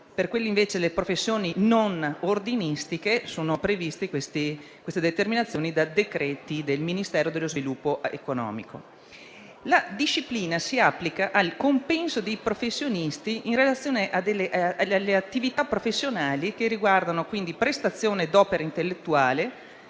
professione. Per le professioni non ordinistiche, queste determinazioni sono previste da decreti del Ministero dello sviluppo economico. La disciplina si applica al compenso dei professionisti in relazione alle attività professionali che riguardano quindi prestazione d'opera intellettuale,